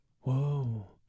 Whoa